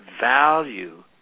value